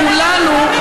כולנו,